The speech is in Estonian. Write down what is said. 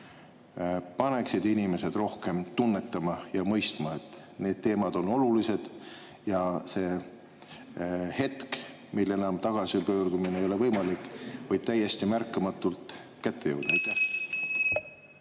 paneksid inimesed rohkem tunnetama ja mõistma, et need teemad on olulised? See hetk, mil tagasipöördumine ei ole enam võimalik, võib täiesti märkamatult kätte jõuda.